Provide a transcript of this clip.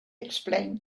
explained